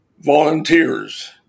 volunteers